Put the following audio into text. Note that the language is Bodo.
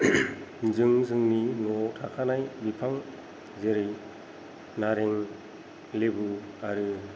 जों जोंनि न'आव थाखानाय बिफां जेरै नारें लेबु आरो